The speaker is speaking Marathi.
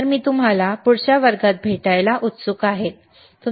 तर मी तुम्हाला पुढच्या वर्गात भेटायला उत्सुक आहे बरोबर